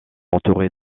entourée